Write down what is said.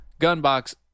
Gunbox